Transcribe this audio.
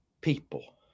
People